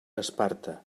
esparta